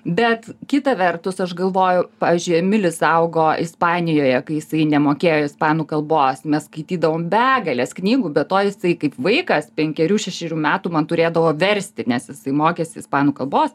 bet kita vertus aš galvoju pavyzdžiui emilis augo ispanijoje kai jisai nemokėjo ispanų kalbos mes skaitydavom begales knygų be to jis tai kaip vaikas penkerių šešerių metų man turėdavo versti nes jis mokėsi ispanų kalbos